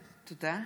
תודה.